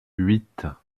huit